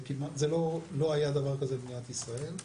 לא היה דבר כזה במדינת ישראל.